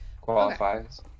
qualifies